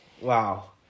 Wow